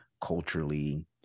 culturally